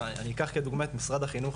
אני אקח כדוגמא את משרד החינוך,